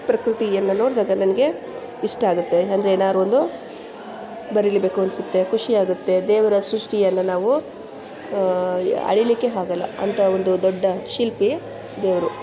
ಪ್ರಕೃತಿಯನ್ನು ನೋಡಿದಾಗ ನನಗೆ ಇಷ್ಟ ಆಗುತ್ತೆ ಅಂದರೆ ಏನಾರು ಒಂದು ಬರಿಲೇ ಬೇಕು ಅನಿಸುತ್ತೆ ಖುಷಿಯಾಗುತ್ತೆ ದೇವರ ಸೃಷ್ಟಿಯನ್ನು ನಾವು ಅಳಿಲಿಕ್ಕೆ ಆಗಲ್ಲ ಅಂಥಾ ಒಂದು ದೊಡ್ಡ ಶಿಲ್ಪಿ ದೇವರು